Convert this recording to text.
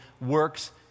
works